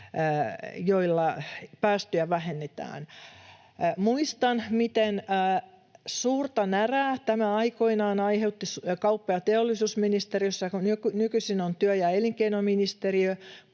joilla päästöjä vähennetään. Muistan, miten suurta närää tämä aikoinaan aiheutti kauppa- ja teollisuusministeriössä — joka nykyisin on työ- ja elinkeinoministeriö